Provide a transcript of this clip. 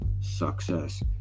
success